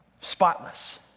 spotless